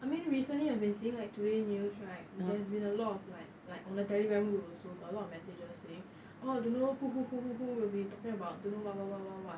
I mean recently I've been seeing like today news right there's been a lot of like like on a telegram group also got a lot of messages saying oh don't know who who who who who will be talking about don't know what what what what what